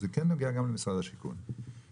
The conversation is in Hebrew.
גם זה נוגע למשרד הבינוי והשיכון.